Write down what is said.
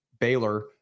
Baylor